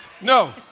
no